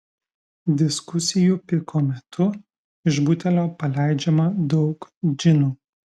diskusijų piko metu iš butelio paleidžiama daug džinų